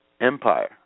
empire